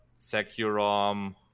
Securom